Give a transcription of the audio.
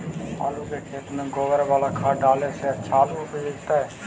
आलु के खेत में गोबर बाला खाद डाले से अच्छा आलु उपजतै?